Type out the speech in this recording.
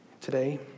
today